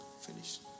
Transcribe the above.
Finished